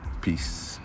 peace